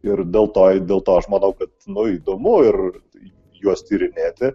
ir dėl to dėl to aš manau kad nu įdomu ir juos tyrinėti